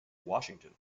washington